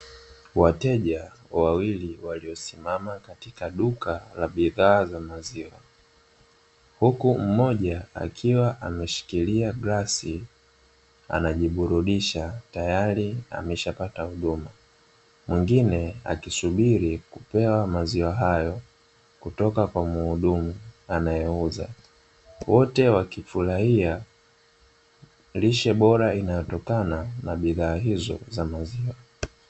Wateja wawili waliosimama katika duka la bidhaa za maziwa, huku mmoja akiwa ameshikilia glasi anajiburudisha tayari ameshapata huduma, Mwingine akisubiri kupewa maziwa hayo. Mwingine akisubiri kupewa maziwa hayo kutoka kwa mhudumu anayeuza wote wakifurahia lishe bora unayotokana na bidhaa hizo za maziwa.